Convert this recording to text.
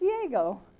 Diego